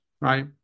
right